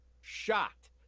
shocked